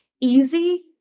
easy